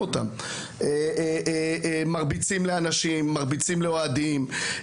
מרביצים לאנשים, מרביצים לאוהדים.